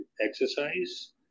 exercise